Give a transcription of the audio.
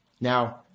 Now